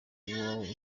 iwawe